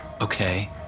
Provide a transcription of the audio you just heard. Okay